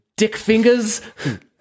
Dickfingers